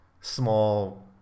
small